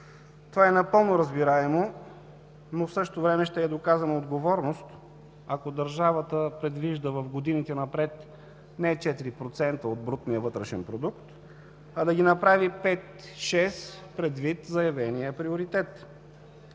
Това е напълно разбираемо, но в същото време ще е доказана отговорност, ако държавата предвижда в годините напред не 4% от брутния вътрешен продукт, а да ги направи 5 – 6 предвид заявения приоритет.